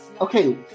Okay